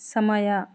ಸಮಯ